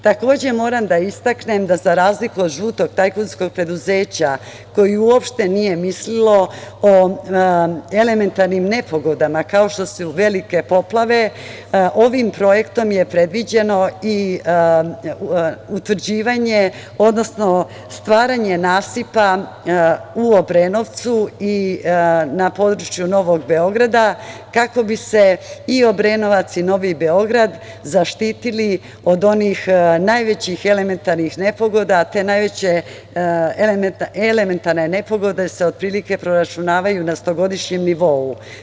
Takođe moram da istaknem da za razliku od žutog tajkunskog preduzeća koje uopšte nije mislilo o elementarnim nepogodama, kao što su velike poplave, ovim projektom je predviđeno i utvrđivanje, odnosno stvaranje nasipa u Obrenovcu i na području Novog Beograda, kako bi se i Obrenovac i Novi Beograd zaštitili od onih najvećih elementarnih nepogoda, a te najveće elementarne nepogode se otprilike proračunavaju na stogodišnjem nivou.